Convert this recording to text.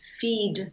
feed